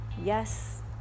Yes